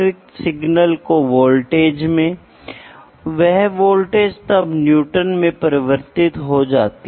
primary measurement वह है जिसे प्रत्यक्ष अवलोकन द्वारा बनाया जा सकता है माप मात्रा को लंबाई में किसी भी रुपांतरण में शामिल किए बिना